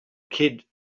kid